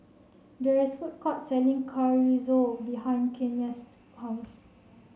there is a food court selling Chorizo behind Kenia's house